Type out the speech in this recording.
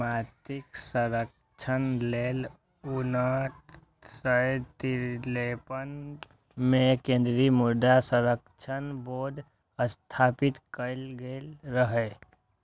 माटिक संरक्षण लेल उन्नैस सय तिरेपन मे केंद्रीय मृदा संरक्षण बोर्ड स्थापित कैल गेल रहै